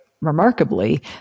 remarkably